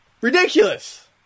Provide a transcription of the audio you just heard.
Ridiculous